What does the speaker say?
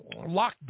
lockdown